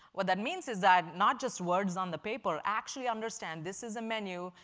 what that means is that not just words on the paper actually understand this is a menu,